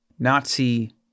Nazi